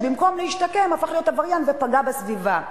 שבמקום להשתקם הפך להיות עבריין ופגע בסביבה?